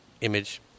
Image